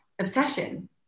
obsession